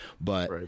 but-